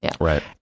Right